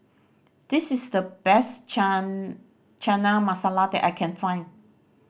this is the best Chana Masala that I can find